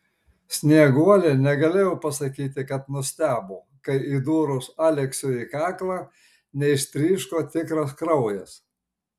snieguolė negalėjo pasakyti kad nustebo kai įdūrus aleksiui į kaklą neištryško tikras kraujas